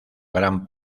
gran